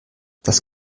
das